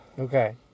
Okay